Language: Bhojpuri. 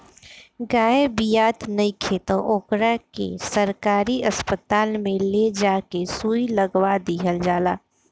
गाय बियात नइखे त ओकरा के सरकारी अस्पताल में ले जा के सुई लगवा दीहल जाला